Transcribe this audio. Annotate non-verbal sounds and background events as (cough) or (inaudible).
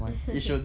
(laughs)